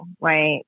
right